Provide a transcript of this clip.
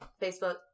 Facebook